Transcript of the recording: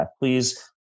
Please